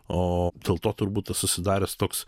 o dėl to turbūt tas susidaręs toks